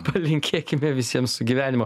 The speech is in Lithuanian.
palinkėkime visiems sugyvenimo